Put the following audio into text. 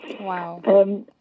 Wow